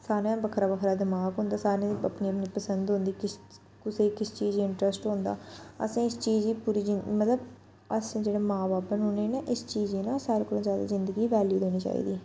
सारें दा बक्खरा बक्खरा दमाग होंदा सारें दी अपनी अपनी पसंद होंदी किश कुसैगी किस चीज च इंटरेस्ट होंदा असें इस चीज़ गी पूरी जी मतलब असें जेह्ड़े मां बब्ब न उ'नेंगी ना इस चीज़ गी ना सारें कोला ज्यादा जिंदगी गी बैल्यू देनी चाहिदी